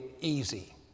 easy